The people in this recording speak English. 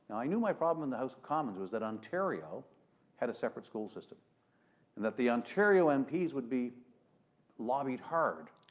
i knew my problem in the house of commons was that ontario had a separate school system and that the ontario and mps would be lobbied hard,